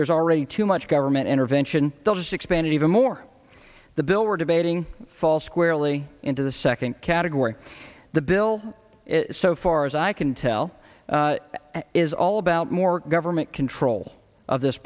there's already too much government intervention they'll just expand it even more the bill we're debating falls squarely into the second category the bill so far as i can tell is all about more government control of this